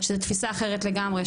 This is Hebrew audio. שזאת תפיסה אחרת לגמרי,